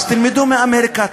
אז תלמדו מאמריקה,